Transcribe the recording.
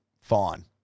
fine